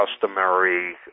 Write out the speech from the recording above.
customary